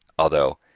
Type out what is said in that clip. although,